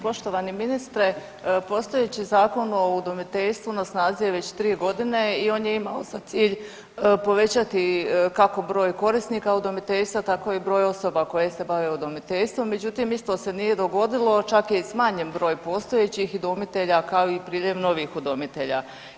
Poštovani ministre, postojeći Zakon o udomiteljstvu na snazi je već 3 godine i on je imao za cilj povećati kako broj korisnika udomiteljstva, tako i broj osoba koje se bave udomiteljstvom, međutim, isto se nije dogodilo, čak je i smanjen broj postojećih udomitelja, kao i priljev novih udomitelja.